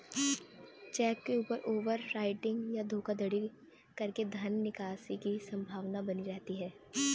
check के ऊपर overwriting या धोखाधड़ी करके धन निकासी की संभावना बनी रहती है